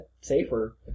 safer